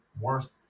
worst